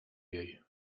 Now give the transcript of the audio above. jej